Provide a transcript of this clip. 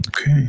Okay